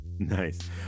Nice